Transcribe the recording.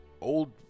old